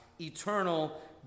eternal